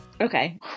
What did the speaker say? Okay